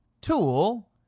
Tool